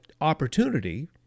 opportunity